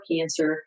cancer